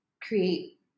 create